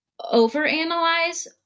overanalyze